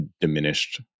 diminished